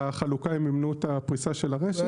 בחלוקה הם מימנו את הפריסה של הרשת.